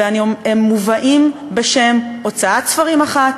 הם מובאים בשם הוצאת ספרים אחת,